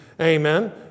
amen